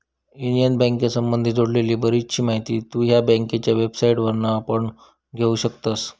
union बँकेसंबधी जोडलेली बरीचशी माहिती तु ह्या बँकेच्या वेबसाईटवरना पण घेउ शकतस